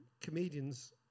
comedians